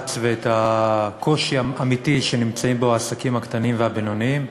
הלחץ ואת הקושי האמיתי שנמצאים בהם העסקים הקטנים והבינוניים.